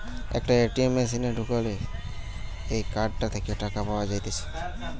একটা এ.টি.এম মেশিনে ঢুকালে এই কার্ডটা থেকে টাকা পাওয়া যাইতেছে